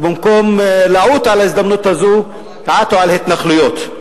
ובמקום לעוט על ההזדמנות הזו עטו על ההתנחלויות.